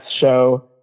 show